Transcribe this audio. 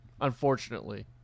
Unfortunately